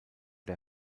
der